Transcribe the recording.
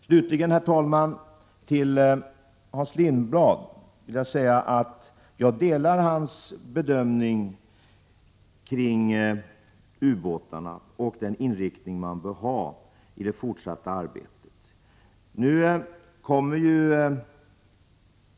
Slutligen, herr talman, vill jag säga till Hans Lindblad att jag delar hans bedömning när det gäller ubåtarna och vilken inriktning man bör ha i det fortsatta arbetet.